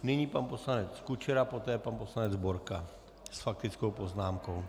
Nyní pan poslanec Kučera, poté pan poslanec Borka s faktickou poznámkou.